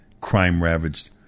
crime-ravaged